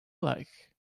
like